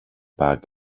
bag